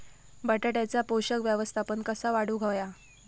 बटाट्याचा पोषक व्यवस्थापन कसा वाढवुक होया?